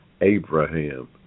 Abraham